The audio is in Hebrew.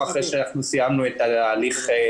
אנחנו נתחיל עם הנושא שהוא ההמשך של